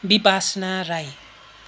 Bipashana Rai